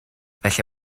felly